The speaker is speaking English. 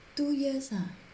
two years ah